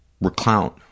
recount